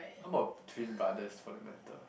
how about twin brothers from the matter